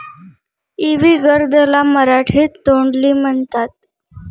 इवी gourd ला मराठीत तोंडली म्हणतात